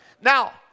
Now